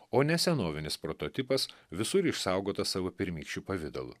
o ne senovinis prototipas visur išsaugotas savo pirmykščiu pavidalu